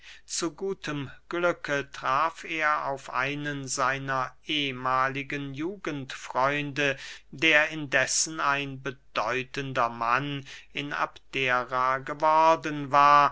zu gutem glücke traf er auf einen seiner ehmahligen jugendfreunde der indessen ein bedeutender mann in abdera geworden war